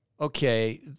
Okay